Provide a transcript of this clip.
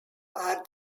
are